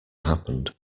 happened